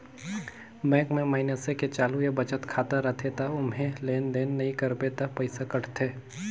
bank में मइनसे के चालू या बचत खाता रथे त ओम्हे लेन देन नइ करबे त पइसा कटथे